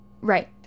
Right